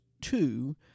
two